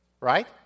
right